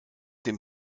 dem